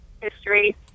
history